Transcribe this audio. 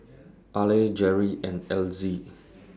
Arley Gerry and Elzy